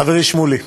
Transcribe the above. חברי שמולי,